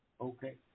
Okay